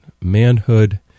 manhood